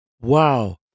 Wow